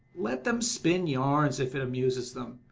let them spin yarns if it amuses them.